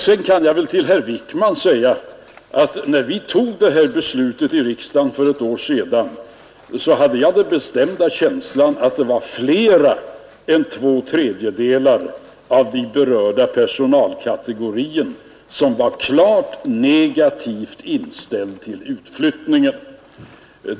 Vidare kan jag till herr Wijkman säga att jag, när vi fattade det här beslutet i riksdagen för ett år sedan, hade den bestämda känslan att det var flera än två tredjedelar av de berörda personalkategorierna som var klart negativt inställda till utflyttningen.